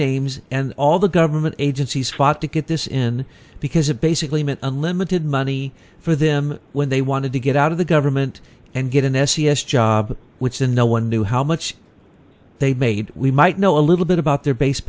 names and all the government agencies fought to get this in because it basically meant unlimited money for them when they wanted to get out of the government and get an s e s job which then no one knew how much they made we might know a little bit about their base